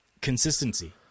consistency